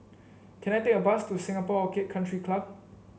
can I take a bus to Singapore Orchid Country Club